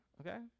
okay